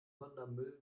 sondermüll